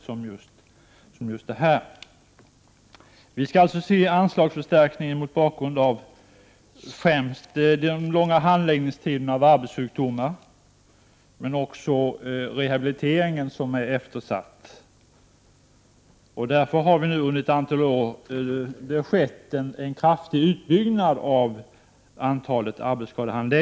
Anslagsförstärkningen skall alltså ses mot bakgrund av främst de långa tiderna för handläggning av arbetssjukdomar, men även rehabiliteringen är eftersatt. Därför har antalet arbetsskadehandläggare under ett antal år kraftigt utökats.